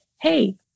hey